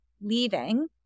leaving